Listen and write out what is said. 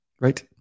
Right